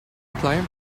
client